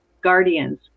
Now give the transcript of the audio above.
guardians